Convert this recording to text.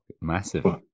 massive